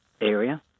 area